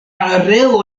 areo